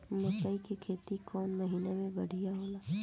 मकई के खेती कौन महीना में बढ़िया होला?